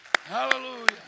Hallelujah